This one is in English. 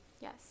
Yes